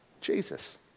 Jesus